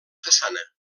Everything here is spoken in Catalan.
façana